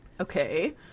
okay